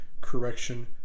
correction